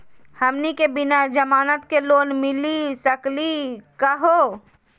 हमनी के बिना जमानत के लोन मिली सकली क हो?